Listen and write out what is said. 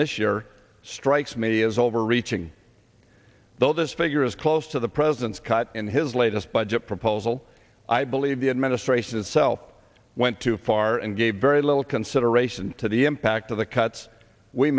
this year strikes me as overreaching though this figure is close to the president's cut in his latest budget proposal i believe the administration itself went too far and gave very little consideration to the impact of the cuts we